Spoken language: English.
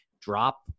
drop